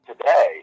today